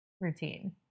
routine